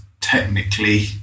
technically